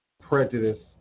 prejudice